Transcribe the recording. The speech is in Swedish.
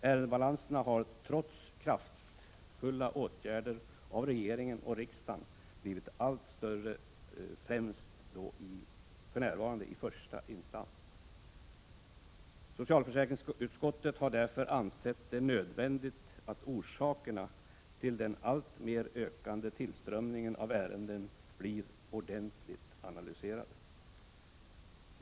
Ärendebalanserna har trots kraftfulla åtgärder av regeringen och riksdagen blivit allt större, för närvarande främst i första instans. Socialförsäkringsutskottet har därför ansett det nödvändigt att orsakerna till den alltmer ökande tillströmningen av ärenden blir ordentligt analyserade.